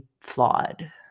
flawed